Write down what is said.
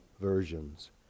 versions